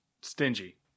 stingy